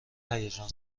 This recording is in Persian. هیجان